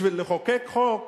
בשביל לחוקק חוק,